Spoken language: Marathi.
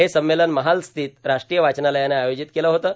हे संमेलन महाल स्थित राष्ट्रीय वाचनालयानं आयोजित केलं होतं